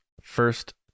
first